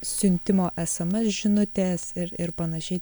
siuntimo esemes žinutės ir ir panašiai